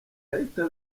yahita